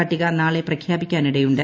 പട്ടിക നാളെ പ്രഖ്യാപിക്കാനിടയുണ്ട്